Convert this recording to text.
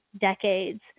decades